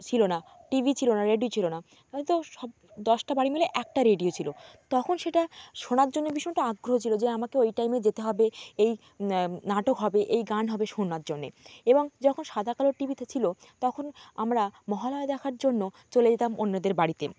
ছিলো না টিভি ছিলো না রেডিও ছিলো না হয়তো সব দশটা বাড়ি মিলে একটা রেডিও ছিলো তখন সেটা শোনার জন্যে ভীষণ একটা আগ্রহ ছিলো যে আমাকে ওই টাইমে যেতে হবে এই নাটক হবে এই গান হবে শোনার জন্যে এবং যখন সাদা কালো টিভিতে ছিলো তখন আমরা মহালয়া দেখার জন্য চলে যেতাম অন্যদের বাড়িতে